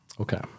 Okay